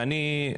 ואני,